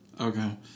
Okay